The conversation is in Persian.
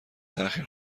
تأخیر